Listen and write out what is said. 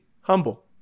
humble